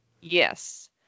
yes